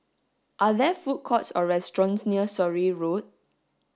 are there food courts or restaurants near Surrey Road